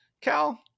Cal